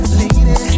lady